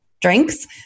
drinks